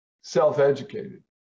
self-educated